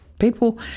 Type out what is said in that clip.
people